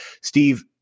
Steve